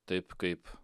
taip kaip